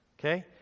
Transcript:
okay